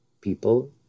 people